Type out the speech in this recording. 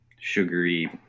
sugary